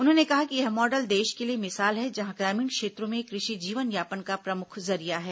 उन्होंने कहा कि यह मॉडल देश के लिए मिसाल है जहां ग्रामीण क्षेत्रों में कृषि जीवनयापन का प्रमुख जरिया है